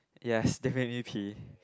yes they made me pee